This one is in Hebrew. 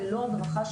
ללא הדרכה,